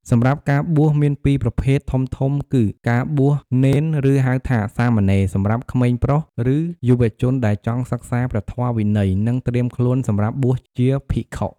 សម្រាប់ការបួសមានពីរប្រភេទធំៗគឺការបួសនេន ឬហៅថា សាមណេរ សម្រាប់ក្មេងប្រុស ឬយុវជនដែលចង់សិក្សាព្រះធម៌វិន័យ និងត្រៀមខ្លួនសម្រាប់បួសជាភិក្ខុ។